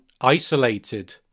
isolated